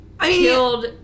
killed